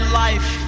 life